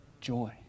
joy